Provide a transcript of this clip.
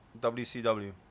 WCW